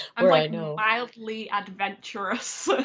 i'm like you know like midly adventurous.